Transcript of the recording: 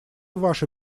ваше